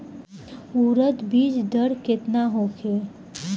उरद बीज दर केतना होखे?